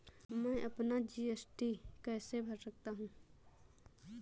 मैं अपना जी.एस.टी कैसे भर सकता हूँ?